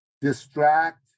Distract